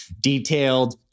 detailed